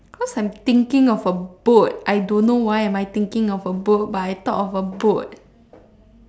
cause I'm thinking of a boat I don't know why am I thinking of a boat but I thought of a boat